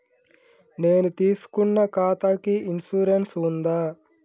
నేను తీసుకున్న ఖాతాకి ఇన్సూరెన్స్ ఉందా?